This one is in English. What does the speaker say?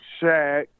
Shaq